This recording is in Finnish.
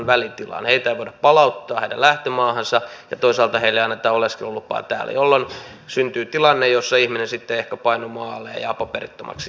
heitä ei voida palauttaa lähtömaahansa ja toisaalta heille ei anneta oleskelulupaa täällä jolloin syntyy tilanne jossa ihminen sitten ehkä painuu maan alle ja jää paperittomaksi